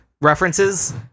references